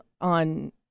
on